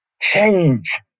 change